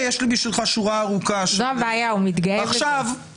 ואני מת לדעת את